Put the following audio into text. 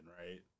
right